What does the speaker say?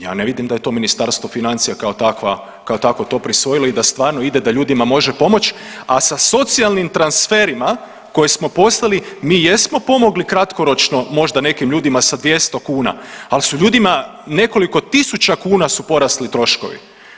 Ja ne vidim da je to Ministarstvo financija kao takvo to prisvojilo i da stvarno ide, da ljudima može pomoći a sa socijalnim transferima koje smo poslali mi jesmo pomogli kratkoročno možda nekim ljudima sa 200 kuna ali su ljudima nekoliko tisuća kuna su porasli troškovi.